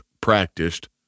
practiced